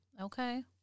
Okay